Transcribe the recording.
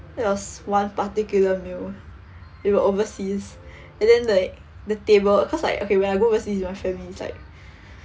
there was one particular meal we were overseas and then like the table cause like okay when I go overseas with my family is like